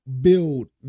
build